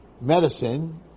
medicine